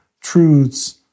truths